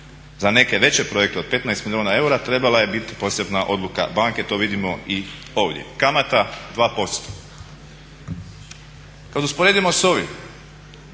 Za neke veće projekte od 15 milijuna eura trebala je biti posebna odluka banke, to vidimo i ovdje. Kamata 2%. Kad usporedimo s ovim,